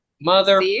Mother